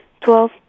Twelve